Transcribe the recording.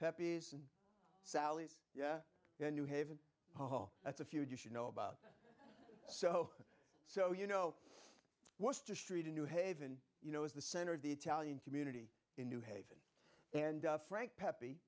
pepys and sally's yeah in new haven oh that's a feud you should know about so so you know what's to street in new haven you know is the center of the italian community in new haven and frank pepe